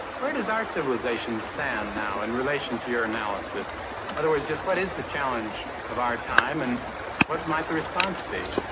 where does our civilization stand now in relation to your analysis? in other words, just what is the challenge of our time, and what might the response be?